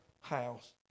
house